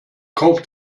kauft